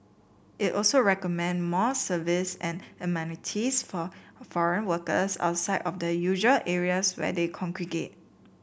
it also recommend more services and amenities for foreign workers outside of the usual areas where they congregate